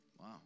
Wow